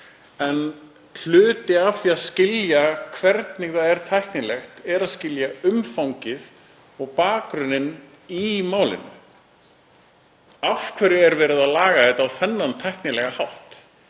En hluti af því að skilja hvernig það er tæknilegt er að skilja umfangið og bakgrunninn í málinu. Af hverju er verið að laga þetta á þennan tæknilega hátt?